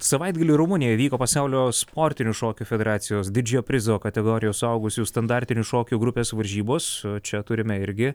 savaitgalį rumunijoj vyko pasaulio sportinių šokių federacijos didžiojo prizo kategorijos suaugusiųjų standartinių šokių grupės varžybos čia turime irgi